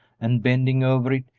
and, bending over it,